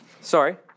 Sorry